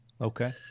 Okay